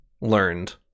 learned